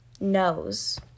knows